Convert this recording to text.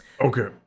okay